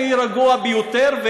אני רגוע ביותר,